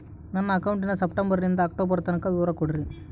ನನ್ನ ಅಕೌಂಟಿನ ಸೆಪ್ಟೆಂಬರನಿಂದ ಅಕ್ಟೋಬರ್ ತನಕ ವಿವರ ಕೊಡ್ರಿ?